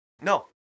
No